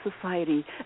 society